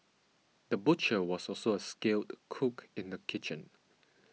the butcher was also a skilled cook in the kitchen